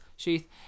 sheath